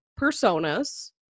personas